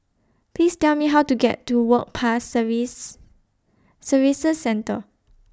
Please Tell Me How to get to Work Pass Service Services Centre